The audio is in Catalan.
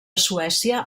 suècia